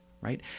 right